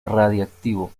radiactivo